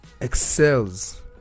excels